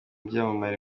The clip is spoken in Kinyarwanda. byamamare